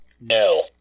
No